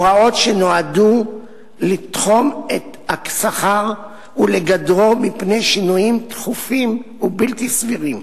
הוראות שנועדו לתחום את השכר ולגדרו מפני שינויים דחופים ובלתי סבירים.